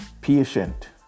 patient